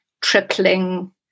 tripling